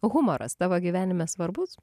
humoras tavo gyvenime svarbus